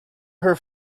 her